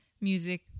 music